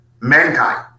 mankind